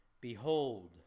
Behold